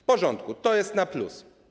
W porządku, to jest na plus.